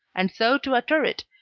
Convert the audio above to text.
and so to utter it,